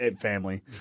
family